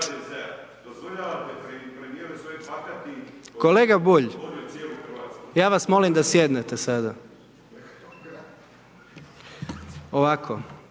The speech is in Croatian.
kolega Bulj, ja vas molim da sjednete sada. Ovako